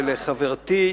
לחברתי,